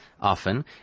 often